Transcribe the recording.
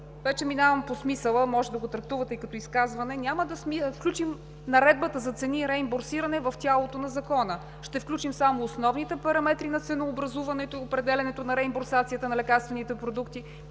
вече минавам по смисъла, можете да го трактувате и като изказване, няма да включим наредбата за цени и реимбурсиране в тялото на Закона. Ще включим само основните параметри на ценообразуването и определянето реимбурсацията на лекарствените продукти